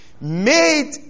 made